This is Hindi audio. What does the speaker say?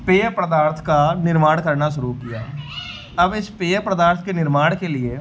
पेय पदार्थ का निर्माण करना शुरू किया अब इस पेय पदार्थ के निर्माण के लिए